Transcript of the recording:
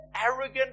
arrogant